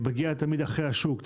מגיע תמיד אחרי השוק,